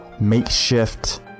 makeshift